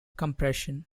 compression